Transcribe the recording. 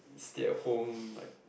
stay at home like